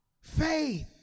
faith